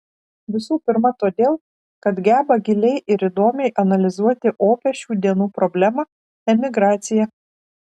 visų pirma todėl kad geba giliai ir įdomiai analizuoti opią šių dienų problemą emigraciją